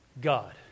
God